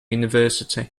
university